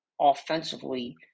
offensively